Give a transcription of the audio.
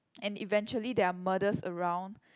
and eventually there are murders around